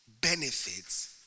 benefits